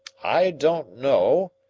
i don't know,